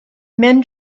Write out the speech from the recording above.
men